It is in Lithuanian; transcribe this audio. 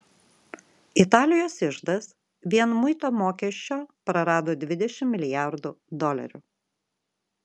italijos iždas vien muito mokesčio prarado dvidešimt milijardų dolerių